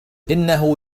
إنه